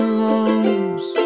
lungs